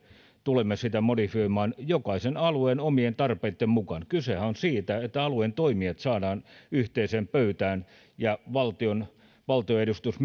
tulemme sitä modifioimaan jokaisen alueen omien tarpeitten mukaan kysehän on siitä että alueen toimijat saadaan yhteiseen pöytään ja valtion valtion edustus